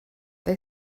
they